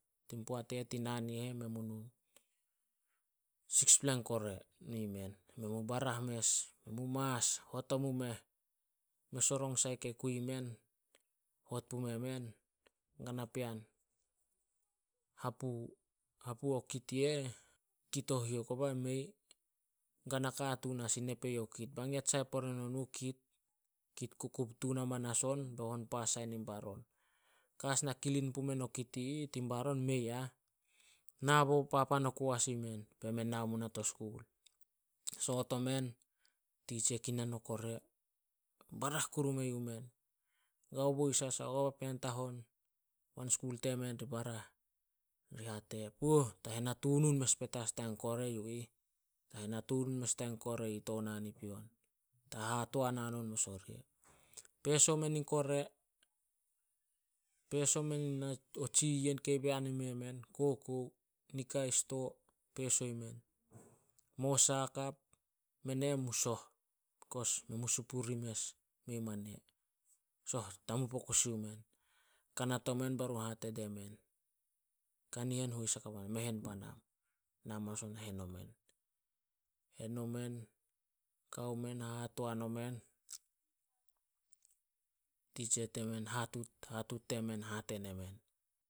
Tin poat i eh, tin naan i eh men mu sikspla in kore nui men. Men mu barah mes, hot omu meh. Mes o rong sai kei kui men hot pume men, kana pean hapu- hapu o kit i eh, kit o hio, koba mei gana katuun as i nep eyouh o kit. Bae nget sai pore nonuh o kit. Kit kukup tun amanas on, be honpas sai nin baron. Ka as na kilin pumen o kit i ih tin baron, mei ah, nabo papan oku as i men, be men nao munah to skul. Soot omen, titsia kinan no kore, barah kuru me yuh men, gao boys as as gao papean tahon. Wan skul temen ri barah, ri hate, "Puoh, ta hen hatununmes petas dia kore yu ih. Ta hen hatunun dia kore ih to naan i pion. Ta hahatoan hanon mes oria. Peso men in kore, peso men o tsiyen kei bean ime men, kokou, nikai sto, peso i men. Mosa hakap, men e eh mu soh, bekos men mu supuri mes mein mane. Soh tamup o kusi o men, kanat o men barum hate die men, "Kanihen hois hakap o nah, me hen panam." na manas omu nah, hen o men. Kao men, hahatoan o men. Hatuut- hatuut temen hate nemen,